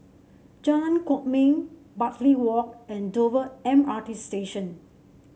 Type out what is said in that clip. Jalan Kwok Min Bartley Walk and Dover M R T Station